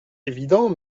évident